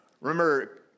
Remember